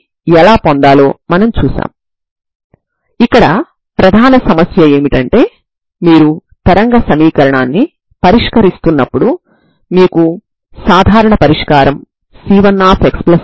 n యొక్క ప్రతి విలువకు మీరు T లలో రెండవ ఆర్డర్ సాధారణ అవకలన సమీకరణాలను కలిగి ఉంటారు